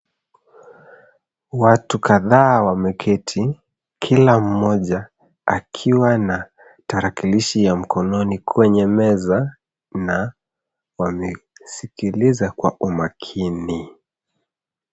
Watu kadhaa wameketi, kila mmoja akiwa na tarakilishi ya mkononi kwenye meza na wamesikiliza kwa umakini.